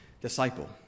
disciple